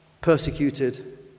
persecuted